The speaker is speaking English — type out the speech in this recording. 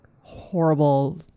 horrible